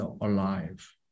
alive